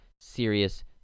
serious